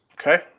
Okay